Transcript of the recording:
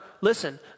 listen